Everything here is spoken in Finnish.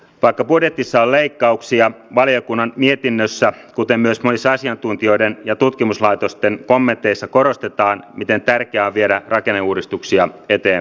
vaikka budjetissa on leikkauksia valiokunnan mietinnössä kuten myös monissa asiantuntijoiden ja tutkimuslaitosten kommenteissa korostetaan miten tärkeää on viedä rakenneuudistuksia eteenpäin